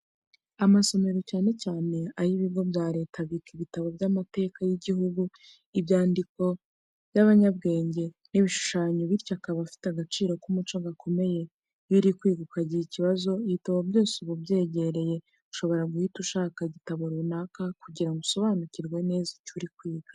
Amasomero, cyane cyane ay'ibigo bya Leta, abika ibitabo by'amateka y'igihugu, ibyandikano by'abanyabwenge, n'ibishushanyo, bityo akaba afite agaciro k'umuco gakomeye. Iyo uri kwiga ukagira kibazo, ibitabo byose uba ubyegereye. Ushobora guhita ushaka igitabo runaka kugira ngo usobanukirwe neza icyo uri kwiga.